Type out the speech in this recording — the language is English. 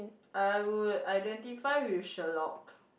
I would identify with Sherlock